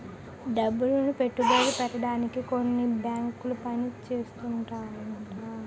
డబ్బులను పెట్టుబడి పెట్టడానికే కొన్ని బేంకులు పని చేస్తుంటాయట